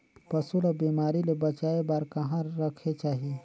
पशु ला बिमारी ले बचाय बार कहा रखे चाही?